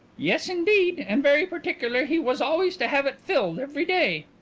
yes, indeed. and very particular he was always to have it filled every day.